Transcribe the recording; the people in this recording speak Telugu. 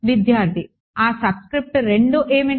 విద్యార్థి ఆ సబ్స్క్రిప్ట్ 2 ఏమిటి